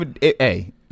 hey